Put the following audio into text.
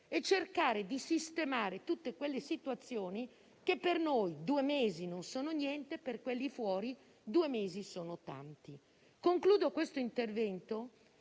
e cercare di sistemare tutte quelle situazioni in cui, se per noi due mesi non sono niente, per quelli fuori invece sono tanti. Concludo il mio intervento